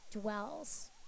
dwells